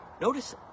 Notice